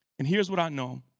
and here's what i know.